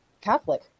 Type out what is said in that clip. Catholic